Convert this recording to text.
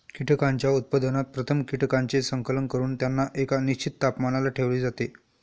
कीटकांच्या उत्पादनात प्रथम कीटकांचे संकलन करून त्यांना एका निश्चित तापमानाला ठेवले जाते